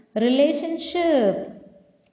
Relationship